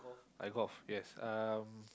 I golf yes um